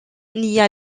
nia